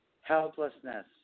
Helplessness